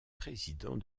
président